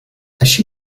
així